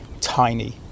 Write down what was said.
tiny